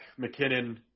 McKinnon